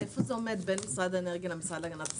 אז איפה זה עומד בין משרד האנרגיה למשרד להגנת הסביבה?